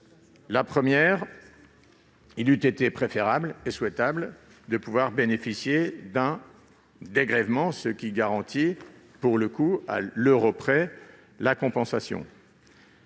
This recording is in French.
Premièrement, il eût été préférable et souhaitable de pouvoir bénéficier d'un dégrèvement, qui garantirait à l'euro près la compensation.